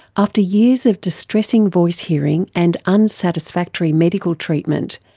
after years of distressing voice-hearing and unsatisfactory medical treatment,